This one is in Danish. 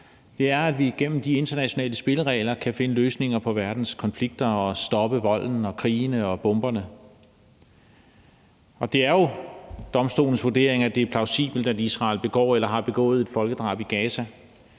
Det er, at vi igennem de internationale spilleregler kan finde løsninger på verdens konflikter og stoppe volden, krigene og bomberne. Og det er jo domstolens vurdering, at det er plausibelt, at Israel begår eller har begået et folkedrab i Gaza.